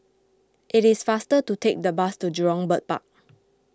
it is faster to take the bus to Jurong Bird Park